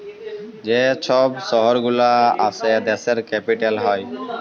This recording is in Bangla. যে ছব শহর গুলা আসে দ্যাশের ক্যাপিটাল হ্যয়